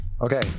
Okay